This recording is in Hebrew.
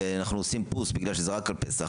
ואנחנו עושים "פוס" בגלל שזה רק הפסח,